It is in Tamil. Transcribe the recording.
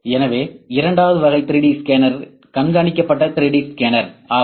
எனவே இரண்டாவது வகை 3D ஸ்கேனர் கண்காணிக்கப்பட்ட 3D ஸ்கேனர் ஆகும்